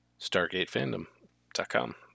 StargateFandom.com